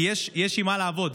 כי יש עם מה לעבוד,